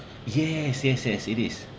yes yes yes it is